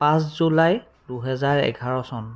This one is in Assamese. পাঁচ জুলাই দুহেজাৰ এঘাৰ চন